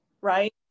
right